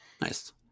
Nice